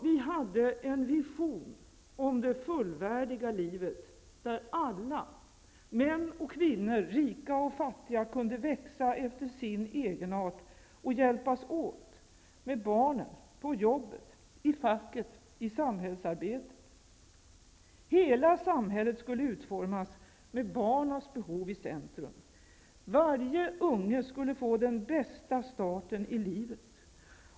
Vi hade en vision om det fullvärdiga livet, där alla -- män och kvinnor, rika och fattiga -- kunde växa efter sin egenart och hjälpas åt, med barnen, på jobbet, i facket, i samhällsarbetet. Hela samhället skulle utformas med barnens behov i centrum. Varje unge skulle få den bästa starten i livet.